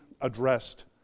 addressed